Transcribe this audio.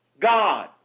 God